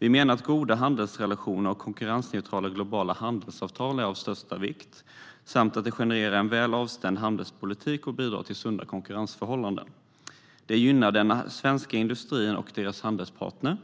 Vi menar att goda handelsrelationer och konkurrensneutrala globala handelsavtal är av största vikt samt att det genererar en väl avstämd handelspolitik och bidrar till sunda konkurrensförhållanden. Detta gynnar den svenska industrin och deras handelspartner,